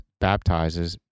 baptizes